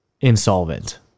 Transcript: insolvent